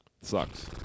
Sucks